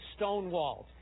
stonewalled